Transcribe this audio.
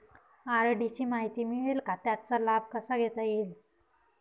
RD ची माहिती मिळेल का, त्याचा लाभ कसा घेता येईल?